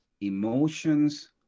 emotions